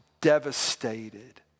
devastated